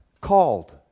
called